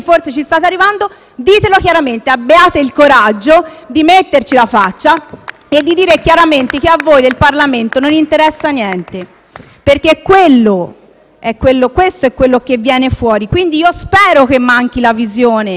e di dire chiaramente che a voi del Parlamento non interessa niente. Perché questo è quello che viene fuori. Quindi, spero che vi manchi la visione ma temo invece che ci sia un progetto chiaro.